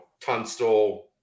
Tunstall